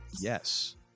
Yes